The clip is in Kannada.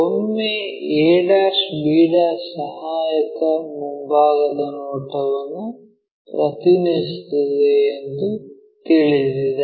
ಒಮ್ಮೆ a b ಸಹಾಯಕ ಮುಂಭಾಗದ ನೋಟವನ್ನು ಪ್ರತಿನಿಧಿಸುತ್ತದೆ ಎಂದು ತಿಳಿದಿದೆ